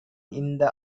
இந்த